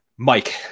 Mike